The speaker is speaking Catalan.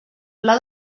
pla